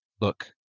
look